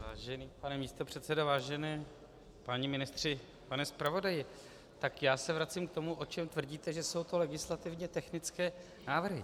Vážený pane místopředsedo, vážení páni ministři, pane zpravodaji, tak já se vracím k tomu, o čem tvrdíte, že jsou to legislativně technické návrhy.